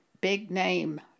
big-name